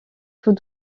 tout